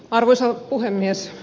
arvoisa puhemies